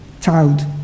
child